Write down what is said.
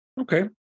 okay